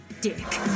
dick